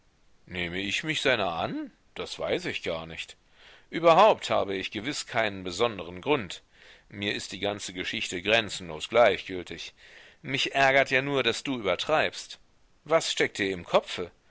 nehme ich mich seiner an das weiß ich gar nicht überhaupt habe ich gewiß keinen besonderen grund mir ist die ganze geschichte grenzenlos gleichgültig mich ärgert ja nur daß du übertreibst was steckt dir im kopfe